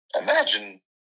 imagine